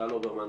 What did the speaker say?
טל אוברמן,